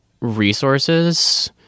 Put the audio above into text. resources